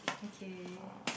okay